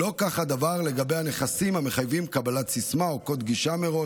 לא כך הדבר לגבי הנכסים המחייבים קבלת סיסמה או קוד גישה מראש.